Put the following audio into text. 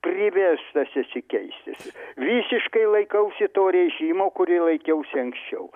priverstas esi keistis visiškai laikausi to režimo kurį laikiausi anksčiau